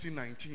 19